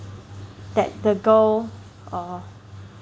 that the girl uh